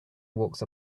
walks